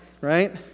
Right